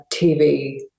TV